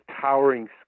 towering